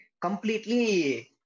completely